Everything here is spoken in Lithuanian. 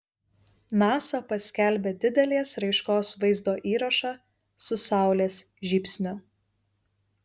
nasa paskelbė didelės raiškos vaizdo įrašą su saulės žybsniu